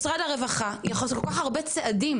משרד הרווחה יכול לעשות כל כך הרבה צעדים,